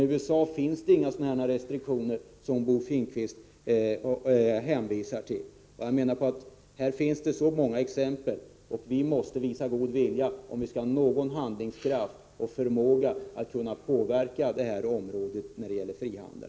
I USA finns inga sådana restriktioner som Bo Finnkvist hänvisar till. Det finns så många exempel att jag menar att vi måste visa god vilja om vi skall kunna få någon handlingskraft och förmåga att påverka detta område i riktning mot frihandel.